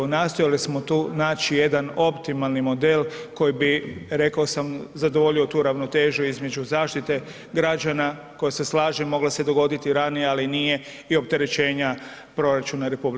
Nastojali smo tu naći jedan optimalni model koji bi, rekao sam, zadovoljio tu ravnotežu između zaštite građana koja se, slažem, mogla se dogoditi ranije, ali nije i opterećenja proračuna RH.